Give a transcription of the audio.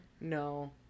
no